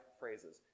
phrases